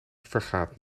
vergaat